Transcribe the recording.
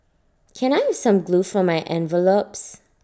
can I have some glue for my envelopes